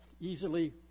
easily